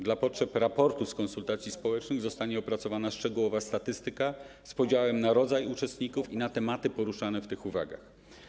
Dla potrzeb raportu z konsultacji społecznych zostanie opracowana szczegółowa statystyka z podziałem na rodzaj uczestników i na tematy poruszane w tych uwagach.